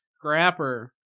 Scrapper